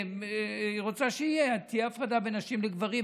והיא רוצה שתהיה הפרדה בין נשים לגברים,